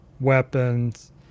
weapons